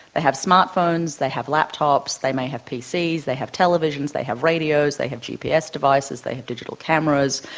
they have smart phones, they have laptops, they may have pcs, they have televisions, they have radios, they have gps devices, they have digital cameras.